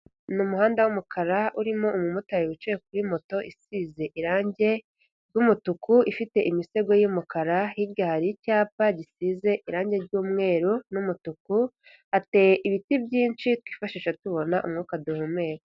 Ni umuhanda w'umukara urimo umumotari wicaye kuri moto isize irange ry'umutuku ifite imisego y'umukara, hirya hari icyapa gisize irange ry'umweru n'umutuku, hareye ibiti byinshi twifashisha tubona umwuka duhumeka.